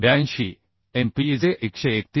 82 MPa जे 131